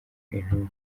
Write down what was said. intumwa